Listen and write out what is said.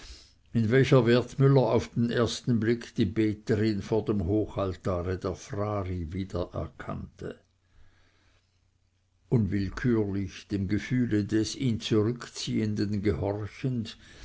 in welcher wertmüller auf den ersten blick die beterin vor dem hochaltare der frari wiedererkannte unwillkürlich dem gefühle des ihn zurückziehenden gehorchend